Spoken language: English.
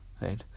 right